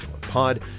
Pod